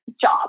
job